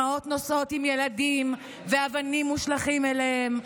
אימהות נוסעות עם ילדים ואבנים מושלכות עליהם,